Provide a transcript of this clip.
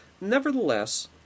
Nevertheless